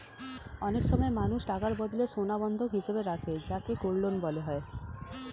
অনেক সময় মানুষ টাকার বদলে সোনা বন্ধক হিসেবে রাখে যাকে গোল্ড লোন বলা হয়